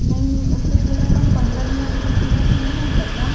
नहीं उससे थोड़ा कम पंद्रह मिनट बीस मिनट में नहीं हो सकता